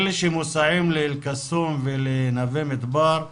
אלה שמוסעים לאל קסום ולנווה מדבר,